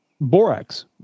borax